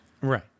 Right